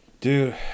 dude